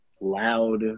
loud